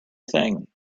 thing